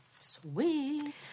Sweet